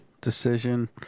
Decision